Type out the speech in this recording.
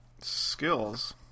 skills